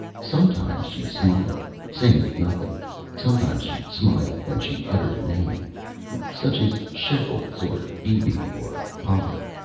sometimes she smiled, saying nothing sometimes she smiled when she uttered a name such as shekels, or bb, or potter.